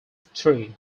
three